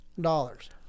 dollars